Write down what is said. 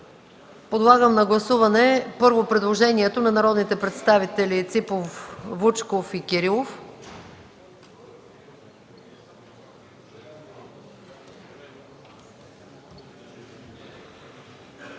подлагам на гласуване предложението на народните представители Ципов, Вучков и Кирилов